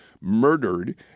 murdered